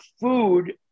food